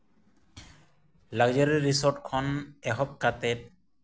luxury resort ᱠᱷᱚᱱ ᱮᱦᱚᱵ ᱠᱟᱛᱮ